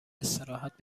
استراحت